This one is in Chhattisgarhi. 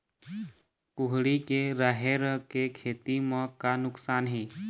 कुहड़ी के राहेर के खेती म का नुकसान हे?